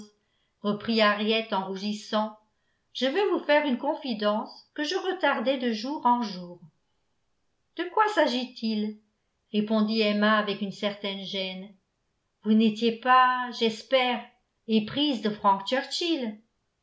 reprit henriette en rougissant je veux vous faire une confidence que je retardais de jour en jour de quoi s'agit-il répondit emma avec une certaine gêne vous n'étiez pas j'espère éprise de frank